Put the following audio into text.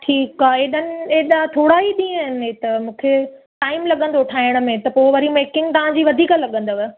ठीकु आहे एॾनि ऐॾा थोरा ई ॾींहं आहिनि हे त मूंखे टाइम लॻंदो ठाहिण में त पोइ वरी मेकिंग तव्हांजी वधीक लॻंदव